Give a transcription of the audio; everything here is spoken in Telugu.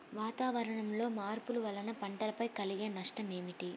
వాతావరణంలో మార్పుల వలన పంటలపై కలిగే నష్టం ఏమిటీ?